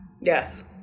Yes